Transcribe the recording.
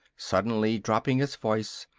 suddenly dropping its voice,